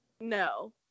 no